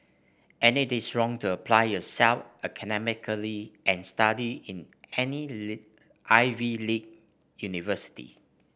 and it is wrong to apply yourself academically and study in I V league university